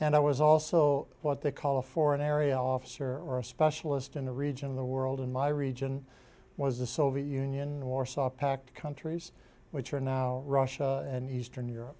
i was also what they call a foreign area officer or a specialist in the region of the world in my region was the soviet union warsaw pact countries which are now russia and eastern europe